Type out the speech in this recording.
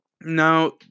Now